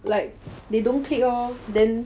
like they don't click lor then